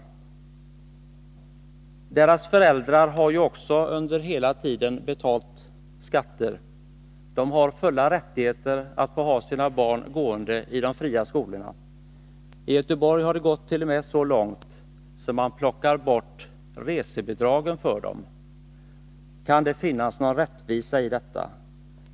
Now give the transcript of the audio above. Elevernas föräldrar har också under hela tiden betalat skatter. De har full rätt att få ha sina barn gående i de fria skolorna. I Göteborg har dett.o.m. gått så långt att man plockar bort resebidragen för dem. Kan det finnas någon rättvisa i detta?